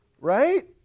right